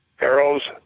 arrows